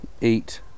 eat